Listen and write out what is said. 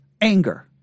anger